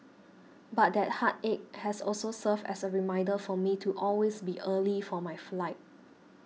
but that heartache has also served as a reminder for me to always be early for my flight